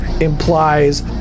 implies